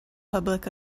public